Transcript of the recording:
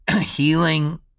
Healing